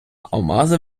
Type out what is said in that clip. алмази